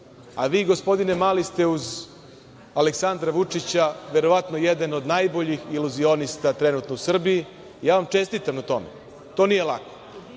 Vi, gospodine Mali, ste uz Aleksandra Vučića verovatno jedan od najboljih iluzionista trenutno u Srbiji. Ja vam čestitam na tome. To nije